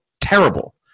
terrible